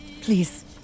Please